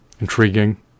intriguing